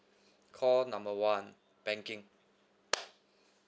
call number one banking